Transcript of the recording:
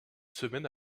semaine